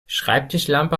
schreibtischlampe